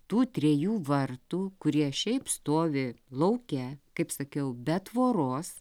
tų trejų vartų kurie šiaip stovi lauke kaip sakiau be tvoros